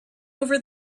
over